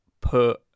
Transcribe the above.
put